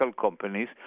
companies